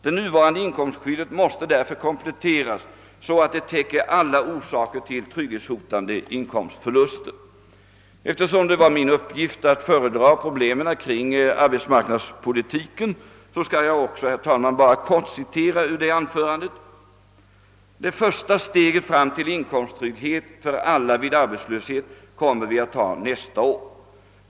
Det nuvarande inkomstskyddet måste därför kompletteras, så att det täcker alla orsaker till trygghetshotande inkomstförluster.» Eftersom det var min uppgift att föredra problemen kring arbetsmarknadspolitiken ber jag också, herr talman, att helt kort få citera ur mitt anförande den gången. Jag sade att det första steget fram till inkomsttrygghet för alla vid arbetslöshet kommer vi att ta nästa år.